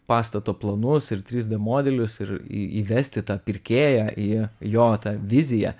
pastato planus ir trys d modelius ir į įvesti tą pirkėją į jo tą viziją